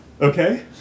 Okay